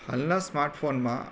હાલના સ્માર્ટ ફોનમાં